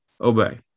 obey